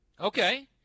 Okay